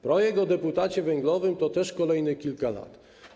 Projekt o deputacie węglowym to też kolejnych kilka lat.